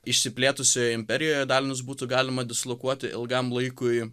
išsiplėtusioj imperijoj dalinius būtų galima dislokuoti ilgam laikui